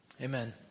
Amen